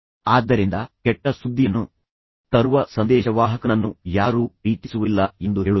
ಆದ್ದರಿಂದ ಕೆಟ್ಟ ಸುದ್ದಿಯನ್ನು ತರುವ ಸಂದೇಶವಾಹಕನನ್ನು ಯಾರೂ ಪ್ರೀತಿಸುವುದಿಲ್ಲ ಎಂದು ಅವರು ಹೇಳುತ್ತಾರೆ